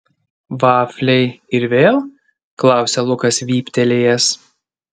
vafliai ir vėl klausia lukas vyptelėjęs